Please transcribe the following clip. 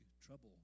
trouble